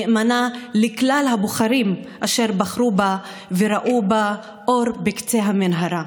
נאמנה לכלל הבוחרים אשר בחרו בה וראו בה אור בקצה המנהרה.